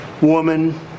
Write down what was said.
woman